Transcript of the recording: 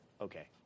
okay